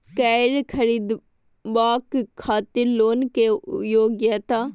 कैर खरीदवाक खातिर लोन के योग्यता?